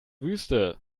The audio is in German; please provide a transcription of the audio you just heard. wüste